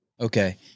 Okay